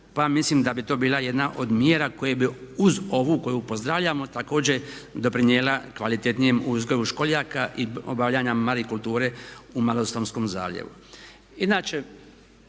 pa mislim da bi to bila jedna od mjera koje bi uz ovu koju pozdravljamo također doprinijela kvalitetnijem uzgoju školjaka i obavljanju marikulture u Malostonskom zaljevu.